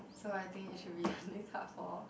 so I think it should be the next hub for